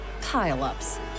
pile-ups